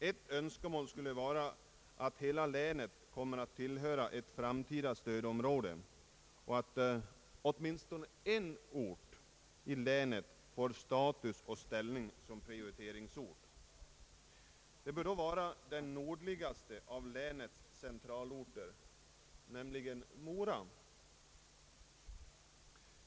Ett önskemål är att hela länet skulle tillhöra ett framtida stödområde och att åtminstone en ort i länet får status och ställning som Pprioriteringsort. Det bör då vara den nordligaste av länets centralorter, nämligen Mora.